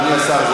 אדוני השר,